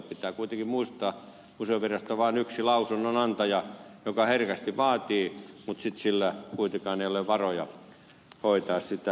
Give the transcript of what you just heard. pitää kuitenkin muistaa että museovirasto on vaan yksi lausunnonantaja joka herkästi vaatii mutta sitten sillä kuitenkaan ei ole varoja hoitaa sitä